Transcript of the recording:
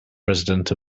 president